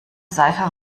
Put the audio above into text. seife